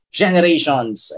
generations